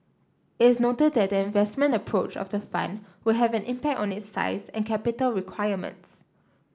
is noted that the investment approach of the fund will have an impact on its size and capital requirements